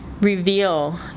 reveal